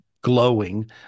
glowing